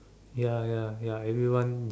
ya ya ya everyone is